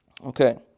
Okay